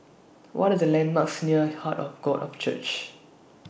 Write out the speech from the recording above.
What Are The landmarks near Heart of God of Church